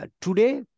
today